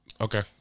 Okay